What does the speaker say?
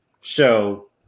show